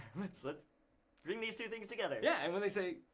let's let's bring these two things together. yeah and when they say,